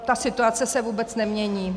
Ta situace se vůbec nemění.